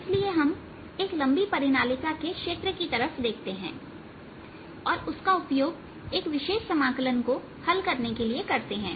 इसलिए हम एक लंबी परिनालिका के क्षेत्र की तरफ देखते हैं और उसका उपयोग एक विशेष समाकलन को हल करने के लिए करते हैं